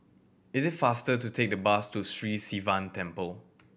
is it faster to take the bus to Sri Sivan Temple